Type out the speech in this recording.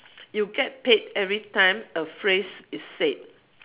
you get paid every time a phrase is said